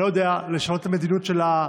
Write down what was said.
אני לא יודע, לשנות את המדיניות שלה,